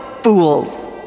fools